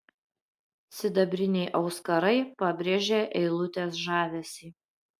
sidabriniai auskarai pabrėžė eilutės žavesį